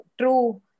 true